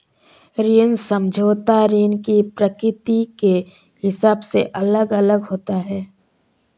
ऋण समझौता ऋण की प्रकृति के हिसाब से अलग अलग होता है